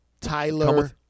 Tyler